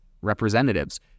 representatives